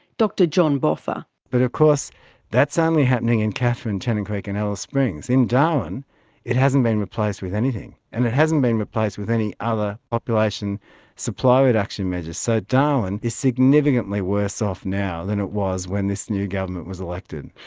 john boffa but of course that's ah only happening in katherine, tennant creek and alice springs. in darwin it hasn't been replaced with anything, and it hasn't been replaced with any other population supply reduction measure. so darwin is significantly worse off now than it was when this new government was elected.